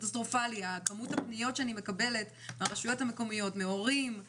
כמות הפניות שאני מקבלת מהרשויות המקומיות ומהורים היא